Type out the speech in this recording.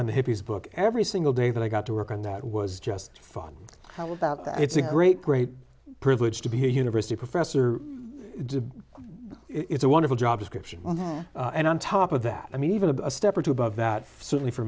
on the hippies book every single day that i got to work on that was just fun how about that it's a great great privilege to be a university professor it's a one job description on that and on top of that i mean even a step or two above that certainly for